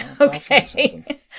Okay